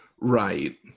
right